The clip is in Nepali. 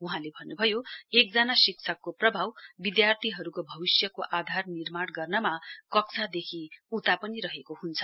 वहाँले भन्नुभयो एकजना शिक्षकको प्रभाव विद्यार्थीहरूको भविष्यको आधार निर्माण गर्नमा कक्षादेखि उता पनि रहेको हुन्छ